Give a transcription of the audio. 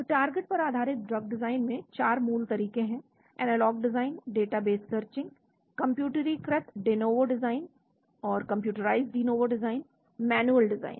तो टारगेट पर आधारित ड्रग डिजाइन में 4 मूल तरीके हैं एनालॉग डिजाइन डेटाबेस सर्चिंग कंप्यूटरीकृत de novo design manual design